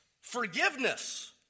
forgiveness